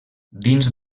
dins